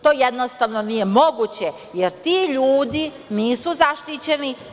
To, jednostavno, nije moguće jer ti ljudi nisu zaštićeni.